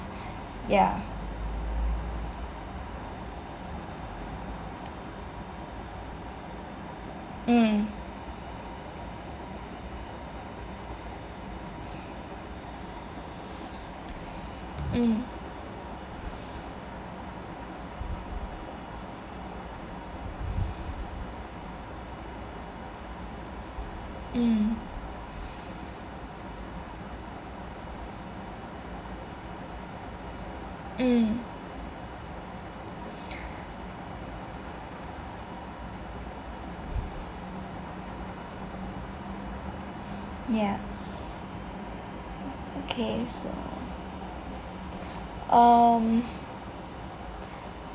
yah mm mm mm mm yeah okay so um